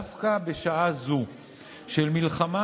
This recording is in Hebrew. דווקא בשעה הזו של מלחמה,